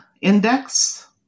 index